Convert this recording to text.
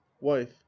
wife